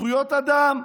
זכויות אדם.